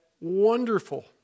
wonderful